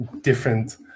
different